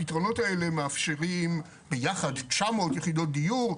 הפתרונות האלה מאפשרים ביחד תשע מאות יחידות דיור,